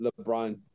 LeBron